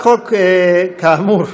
כאמור,